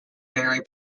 vary